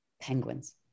Penguins